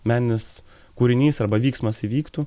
meninis kūrinys arba vyksmas įvyktų